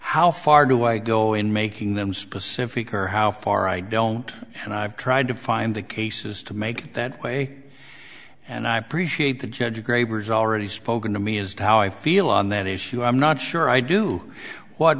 how far do i go in making them specific or how far i don't and i've tried to find the cases to make that way and i appreciate the judge graber is already spoken to me as to how i feel on that issue i'm not sure i do what